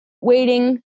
waiting